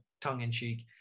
tongue-in-cheek